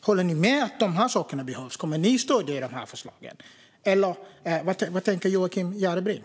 Håller man med om att dessa förslag behövs? Kommer man att stödja förslagen? Vad tänker Joakim Järrebring?